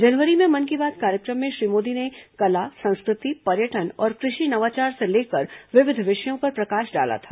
जनवरी में मन की बात कार्यक्रम में श्री मोदी ने कला संस्कृति पर्यटन और कृषि नवाचार से लेकर विविध विषयों पर प्रकाश डाला था